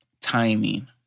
Timing